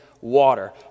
water